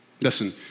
Listen